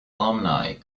alumni